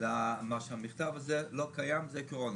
למה שהמכתב הזה לא קיים, זה קורונה.